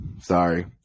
Sorry